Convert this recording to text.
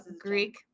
Greek